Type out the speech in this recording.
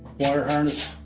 wire harness